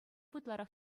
ытларах